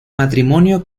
matrimonio